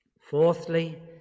Fourthly